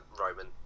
Roman